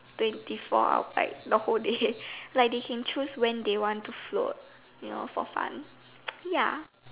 twenty four out of like the whole day like they can choose when they want to float you know for fun ya